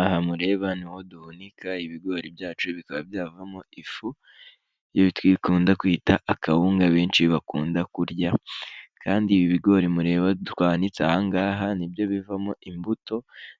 Aha mureba niho duhunika ibigori byacu bikaba byavamo ifu, iyo dukunda kwita akawunga benshi bakunda kurya, kandi ibi bigori mureba twanitse aha ngaha nibyo bivamo imbuto